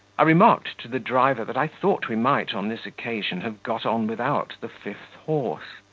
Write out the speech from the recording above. i remarked to the driver that i thought we might on this occasion have got on without the fifth horse.